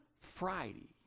Friday